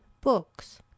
Books